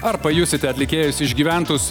ar pajusite atlikėjos išgyventus